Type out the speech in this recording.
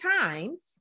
times